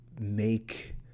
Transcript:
make